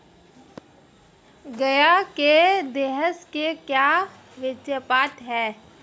गाय के दूध की क्या विशेषता है?